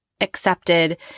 accepted